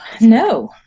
No